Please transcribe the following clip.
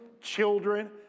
children